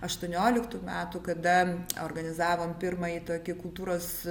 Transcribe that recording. aštuonioliktų metų kada organizavom pirmąjį tokį kultūros